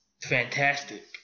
fantastic